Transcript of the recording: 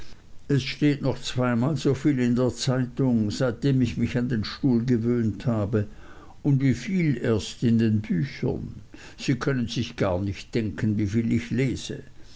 es steht noch zweimal soviel in der zeitung seitdem ich mich an den stuhl gewöhnt habe und wieviel erst in den büchern sie können sich gar nicht denken wieviel ich lese